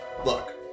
Look